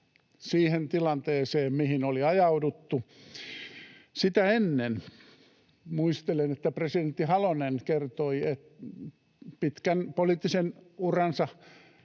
siihen tilanteeseen, mihin oltiin ajauduttu. Muistelen, että presidentti Halonen kertoi pitkän poliittisen uransa